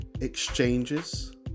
exchanges